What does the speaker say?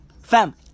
fam